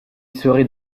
serez